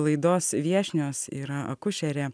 laidos viešnios yra akušerė